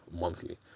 monthly